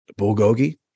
bulgogi